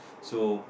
so